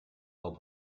all